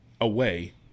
away